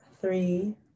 three